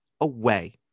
away